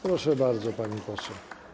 Proszę bardzo, pani poseł.